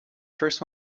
first